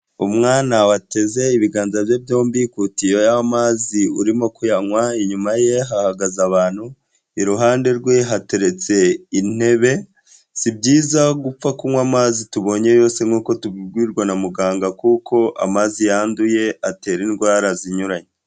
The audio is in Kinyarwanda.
Umwana wateze ibiganza bye byombi ku tiyo y'amazi urimo kuyanywa, inyuma ye hahagaze abantu, iruhande rwe hateretse intebe, si byiza gupfa kunywa amazi tubonye yose nk'uko tubibwirwa na muganga kuko amazi yanduye atera indwara zinyuranye.